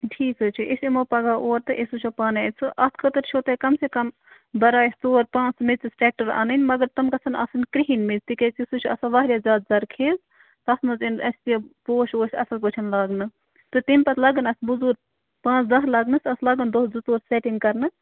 ٹھیٖک حظ چھُ أسۍ یِمو پَگاہ اور تہٕ أسۍ وٕچھو پانَے سُہ اَتھ خٲطرٕ چھُ تۄہہِ کَم سے کَم بَرایَس ژور پانٛژھ میٚژٮ۪س ٹرٛٮ۪کٹَر اَنٕنۍ مَگر تِم گَژھن آسٕنۍ کِرٛہِنۍ میٚژ تہِ کیٛاز کہِ سُہ چھُ آسان واریاہ زیادٕ زَرخیز تَتھ منٛز یِن اَسہِ یہِ پوش ووش اَصٕل پٲٹھۍ لاگنہٕ تہٕ تَمہِ پتہٕ لَگَن اَتھ موٚزوٗر پانٛژھ دَہ لَگنَس اَتھ لَگَن دۄہ زٕ ژور سٮ۪ٹِنٛگ کَرنَس